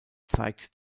zeigt